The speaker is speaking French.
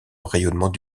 rayonnement